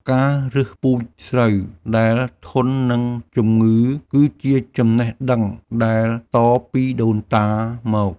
ការរើសពូជស្រូវដែលធន់នឹងជំងឺ គឺជាចំណេះដឹងដែលតពីដូនតាមក។